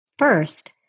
First